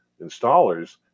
installers